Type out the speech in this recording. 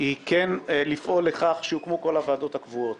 היא כן לפעול לכך שיוקמו כל הוועדות הקבועות.